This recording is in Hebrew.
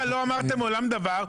אבל לא אמרתם מעולם דבר.